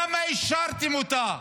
למה אישרתם אותה?